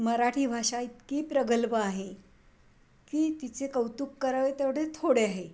मराठी भाषा इतकी प्रगल्भ आहे की तिचे कौतुक करावे तेवढे थोडे आहे